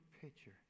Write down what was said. picture